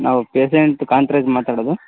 ನಾವು ಪೇಶೆಂಟ್ ಕಾಂತರಾಜ್ ಮಾತಾಡೋದು